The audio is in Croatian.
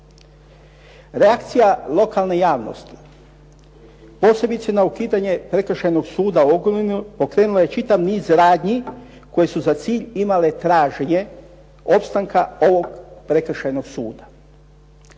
Reakcija lokalne javnosti posebice na ukidanje Prekršajnog suda u Ogulinu pokrenula je čitav niz radnji koje su za cilj imale traženje opstanka ovog prekršajnog suda.